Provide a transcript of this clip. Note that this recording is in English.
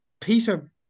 Peter